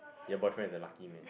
your boyfriend is a lucky man